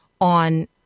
on